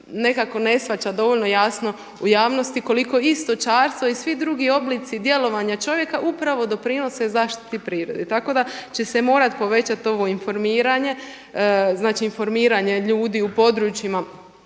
nekako ne shvaća dovoljno jasno u javnosti koliko i stočarstvo i svi drugi oblici djelovanja čovjeka upravo doprinose zaštiti prirode, tako da će se morati povećati ovo informiranje. Znači, informiranje ljudi u područjima